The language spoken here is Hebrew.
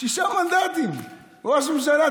שישה מנדטים, ראש הממשלה?